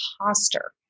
imposter